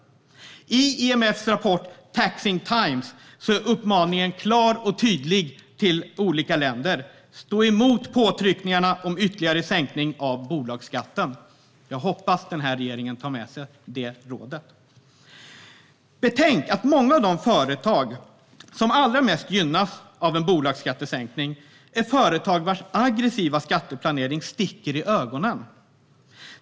I IMF:s rapport Taxing times är uppmaningen till olika länder klar och tydlig: Stå emot påtryckningarna om ytterligare sänkning av bolagsskatten! Jag hoppas att den här regeringen tar till sig det rådet. Betänk att många av de företag som allra mest gynnas av en bolagsskattesänkning är företag vars aggressiva skatteplanering sticker i ögonen.